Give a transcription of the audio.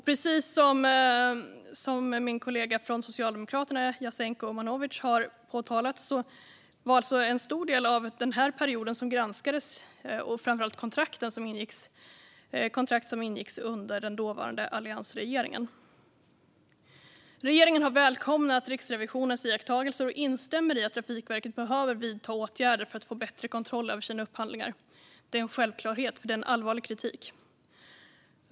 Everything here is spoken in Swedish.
Precis som min kollega från Socialdemokraterna Jasenko Omanovic har påpekat hade alltså en stor del av kontrakten under den period som granskades ingåtts under den dåvarande alliansregeringen. Regeringen har välkomnat Riksrevisionens iakttagelser och instämmer i att Trafikverket behöver vidta åtgärder för att få bättre kontroll över sina upphandlingar. Detta är en självklarhet, för det är en allvarlig kritik.